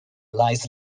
lies